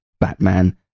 Batman